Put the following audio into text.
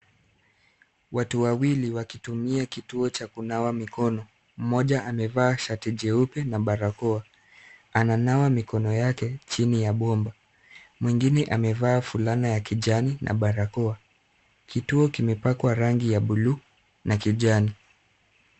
Watu wawili wakitumika kituo cha kunawa mikono. Mmoja amevaa shati jeupe na barakoa. Ananawa mikono yake chini ya bomba. Mwengine amevaa fulana ya kijani na barakoa. Kituo kimepakwa rangi ya buluu na kijani.